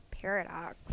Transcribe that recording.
Paradox